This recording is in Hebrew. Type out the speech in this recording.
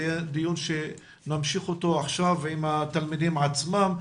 זה יהיה דיון שנמשיך אותו עכשיו עם התלמידים עצמם,